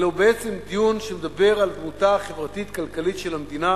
אלא הוא בעצם דיון שמדבר על דמותה החברתית-כלכלית של המדינה